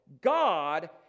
God